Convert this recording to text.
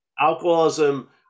Alcoholism